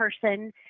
person